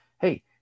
Hey